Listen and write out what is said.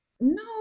No